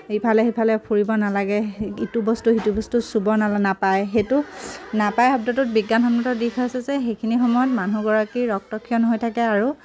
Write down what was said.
ইফালে সিফালে ফুৰিব নালাগে ইটো বস্তু সিটো বস্তু চুব নালা নাপায় সেইটো নাপায় শব্দটোত বিজ্ঞানসন্মত দিশ হৈছে যে সেইখিনি সময়ত মানুহগৰাকী ৰক্তক্ষৰণ হৈ থাকে আৰু